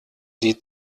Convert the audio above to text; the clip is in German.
sie